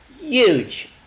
huge